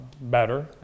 better